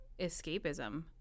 escapism